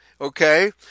okay